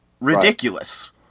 ridiculous